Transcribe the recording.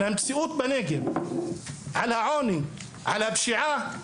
על מציאות העוני ועל הפשיעה,